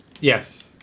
Yes